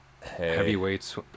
Heavyweights